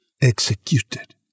executed